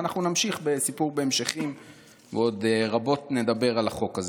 ואנחנו נמשיך בסיפור בהמשכים ועוד רבות נדבר על החוק.